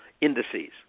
indices